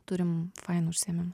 turim fainų užsiėmimų